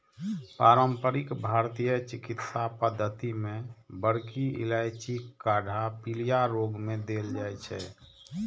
पारंपरिक भारतीय चिकित्सा पद्धति मे बड़की इलायचीक काढ़ा पीलिया रोग मे देल जाइ छै